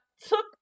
took